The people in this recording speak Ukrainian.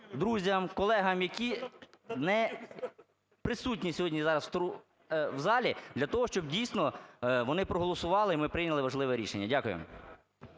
друзям, колегам, які не присутні сьогодні зараз в залі, для того, щоб дійсно вони проголосували і ми прийняли важливе рішення. Дякую.